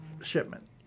shipment